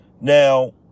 Now